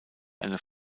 eine